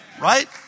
Right